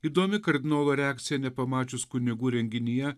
įdomi kardinolo reakcija nepamačius kunigų renginyje